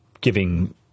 giving